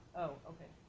oh, okay.